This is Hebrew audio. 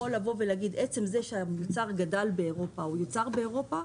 לומר שעצם זה שהמוצר גדל באירופה או יוצר באירופה,